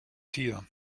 tier